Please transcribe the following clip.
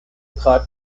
cut